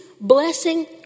blessing